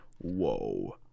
Whoa